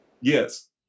Yes